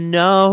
no